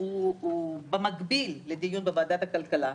שהוא במקביל לדיון בוועדת הכלכלה.